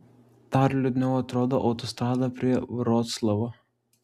dar liūdniau atrodo autostrada prie vroclavo